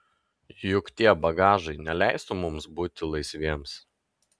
juk tie bagažai neleistų mums būti laisviems